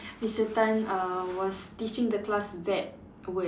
Mister Tan uh was teaching the class that would